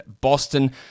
Boston